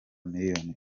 miliyoni